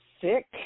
sick